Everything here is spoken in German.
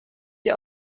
sie